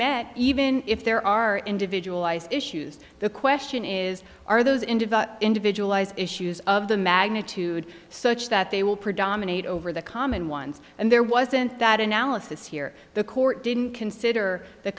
met even if there are individual issues the question is are those in developed individualized issues of the magnitude such that they will predominate over the common ones and there wasn't that analysis here the court didn't consider the